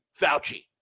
Fauci